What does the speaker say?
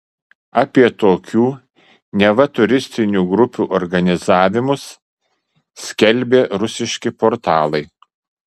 apie tokių neva turistinių grupių organizavimus skelbė rusiški portalai